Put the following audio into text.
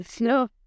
no